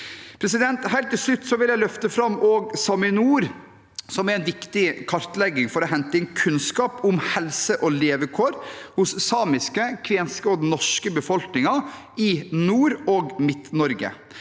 Helt til slutt vil jeg løfte fram SAMINOR, som er en viktig kartlegging for å hente inn kunnskap om helse og levekår hos den samiske, kvenske og norske befolkningen i Nord- og Midt-Norge.